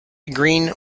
green